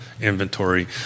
inventory